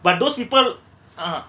but those people ah